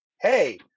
hey